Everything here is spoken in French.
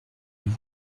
lui